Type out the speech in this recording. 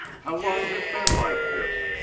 how long's it been like this?